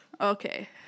Okay